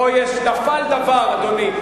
פה יש, נפל דבר, אדוני.